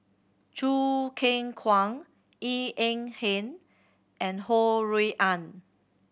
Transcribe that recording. Choo Keng Kwang Eng Ng Hen and Ho Rui An